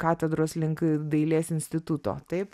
katedros link dailės instituto taip